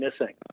missing